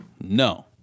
No